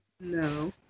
No